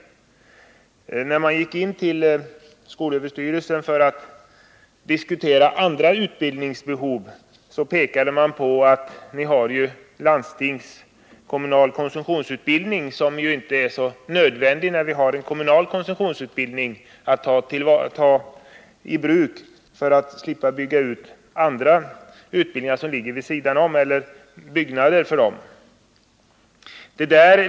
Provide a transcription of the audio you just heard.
När vi gick in till SÖ för att diskutera andra utbildningsbehov pekade man på att vi hade landstingskommunal konsumtionsutbildning och att denna inte är så nödvändig när det finns en kommunal konsumtionsutbildning. Man slipper då bygga ut andra utbildningar, som ligger vid sidan om, och behöver inte särskilda lokaler härför.